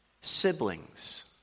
siblings